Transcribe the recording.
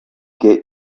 get